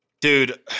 Dude